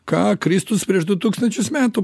ką kristus prieš du tūkstančius metų